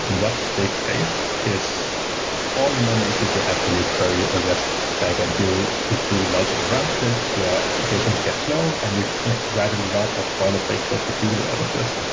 what they faced is all the normal issues you have when you query a rest backend. you do multiple round trips. your applications get slow and you write a lot of boilerplate code to deal with all of these.